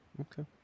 Okay